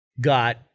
got